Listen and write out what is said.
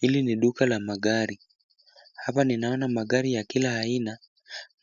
Hili ni duka la magari. Hapa ninaona magari ya kila aina